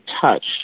touch